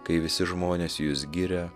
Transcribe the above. kai visi žmonės jus giria